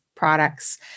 products